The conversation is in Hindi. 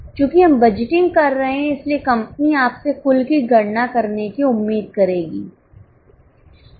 चूंकि हम बजटिंग कर रहे हैं इसलिए कंपनी आपसे कुल की गणना करने की उम्मीद करेगी